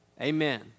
Amen